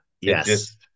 yes